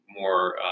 more